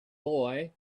boy